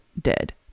dead